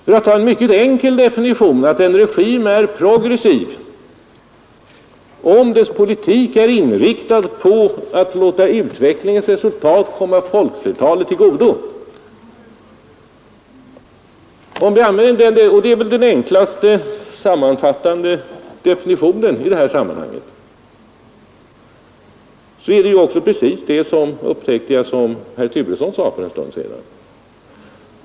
Låt mig göra en mycket enkel definition: en regim är progressiv, om dess politik är inriktad på att låta utvecklingens resultat komma folkflertalet till godo. Det är väl den enklaste sammanfattande definitionen i detta sammanhang. Detta är precis det som herr Turesson sade för en stund sedan.